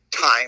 time